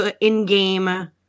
in-game